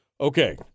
Okay